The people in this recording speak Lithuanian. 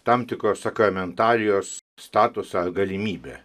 tam tikros sakramentalijos statusą galimybę